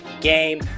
game